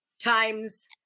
times